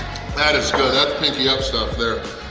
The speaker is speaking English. that is good! that's pinky up stuff there!